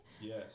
Yes